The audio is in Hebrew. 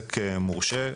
עוסק מורשה,